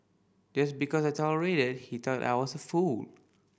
just because I tolerated he thought I was a fool